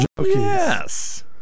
yes